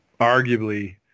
arguably